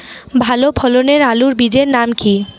ভালো ফলনের আলুর বীজের নাম কি?